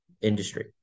industry